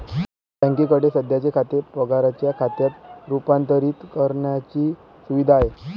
बँकेकडे सध्याचे खाते पगाराच्या खात्यात रूपांतरित करण्याची सुविधा आहे